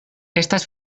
estas